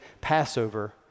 Passover